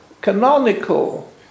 canonical